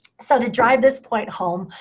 so to drive this point home,